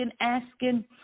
asking